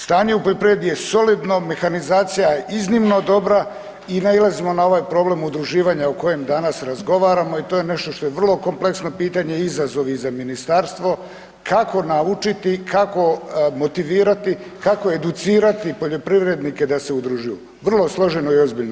Stanje u poljoprivredi je solidno, mehanizacija je iznimno dobra i nailazimo na ovaj problem udruživanja o kojem danas razgovaramo i to je nešto što je vrlo kompleksno pitanje, izazov i za ministarstvo kako naučiti, kako motivirati, kako educirati poljoprivrednike da se udružuju, vrlo složeno i ozbiljno pitanje.